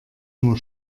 nur